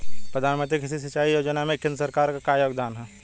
प्रधानमंत्री कृषि सिंचाई योजना में केंद्र सरकार क का योगदान ह?